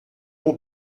bon